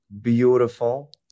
beautiful